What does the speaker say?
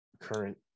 current